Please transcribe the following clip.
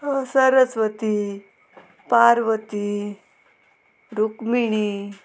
Saraswati Parvati Rukmini